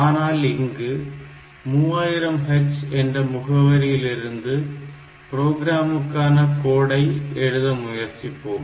ஆனால் இங்கு 3000h என்ற முகவரியில் இருந்து ப்ரோக்ராமுக்கான கோடை எழுத முயற்சிப்போம்